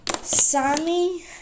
Sammy